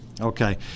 Okay